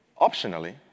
Optionally